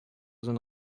озын